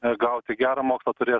atgauti gerą mokslą turės